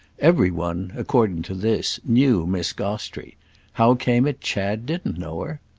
every one, according to this, knew miss gostrey how came it chad didn't know her?